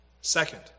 Second